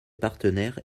partenaires